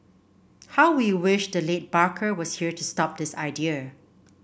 how we wish the late Barker was here to stop this idea